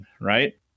Right